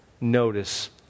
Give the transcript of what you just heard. notice